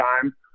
time